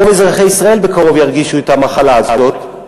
רוב אזרחי ישראל בקרוב ירגישו את המחלה הזאת,